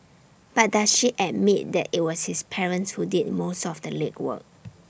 but does she admit that IT was his parents who did most of the legwork